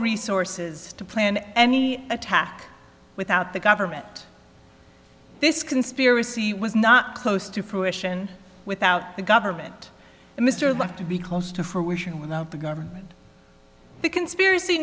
resources to plan any attack without the government this conspiracy was not close to fruition without the government mr love to be close to fruition with the government the conspiracy